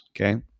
okay